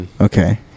Okay